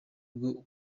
rwo